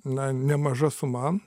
na nemaža suma